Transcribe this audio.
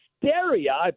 hysteria